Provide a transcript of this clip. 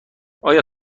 آیا